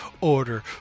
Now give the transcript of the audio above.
Order